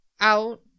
out